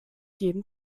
jeden